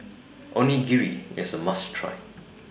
Onigiri IS A must Try